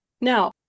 Now